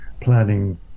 planning